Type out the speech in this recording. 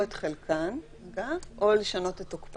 או את חלקן או לשנות את תוקפן.